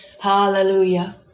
Hallelujah